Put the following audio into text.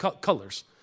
colors